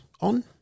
on